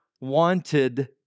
wanted